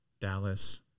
Dallas